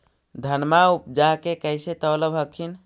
धनमा उपजाके कैसे तौलब हखिन?